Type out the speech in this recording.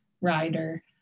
rider